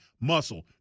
muscle